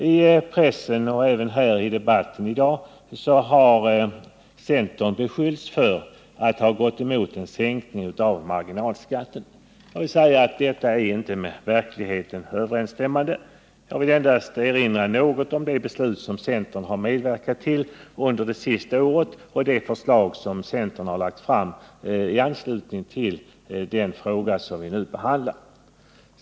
I pressen och även i debatten här i dag har centern beskyllts för att ha gått emot en sänkning av marginalskatten. Detta är icke med verkligheten överensstämmande. Jag vill endast erinra om några av de beslut som centern har medverkat till under det senaste året och de förslag som centern har lagt fram i anslutning till det ärende vi nu behandlar.